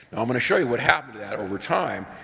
i'm going to show you what happens to that over time,